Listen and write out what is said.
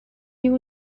you